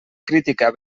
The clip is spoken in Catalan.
crítica